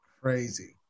Crazy